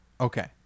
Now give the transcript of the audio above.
Okay